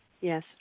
Yes